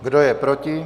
Kdo je proti?